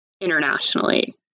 internationally